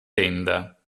tenda